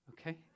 okay